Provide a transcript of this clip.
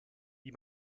wie